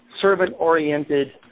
servant-oriented